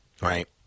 Right